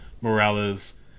Morales